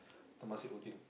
Temasek Holdings